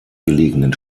gelegenen